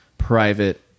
private